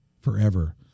forever